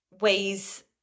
ways